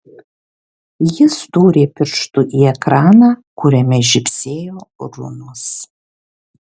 jis dūrė pirštu į ekraną kuriame žybsėjo runos